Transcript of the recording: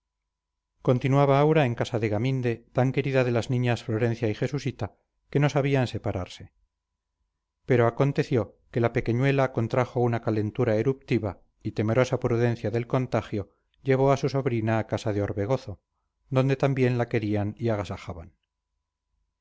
continuaba aura en casa de gaminde tan querida de las niñas florencia y jesusita que no sabían separarse pero aconteció que la pequeñuela contrajo una calentura eruptiva y temerosa prudencia del contagio llevó a su sobrina a casa de orbegozo donde también la querían y agasajaban